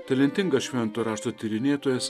talentingas švento rašto tyrinėtojas